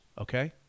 Okay